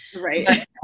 Right